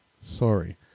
Sorry